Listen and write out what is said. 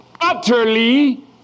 utterly